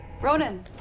Ronan